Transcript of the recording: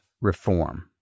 reform